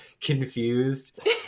confused